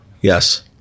Yes